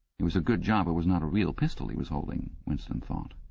it was a good job it was not a real pistol he was holding, winston thought.